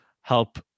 help